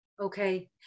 Okay